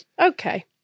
okay